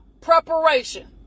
preparation